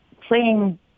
playing